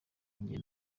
njye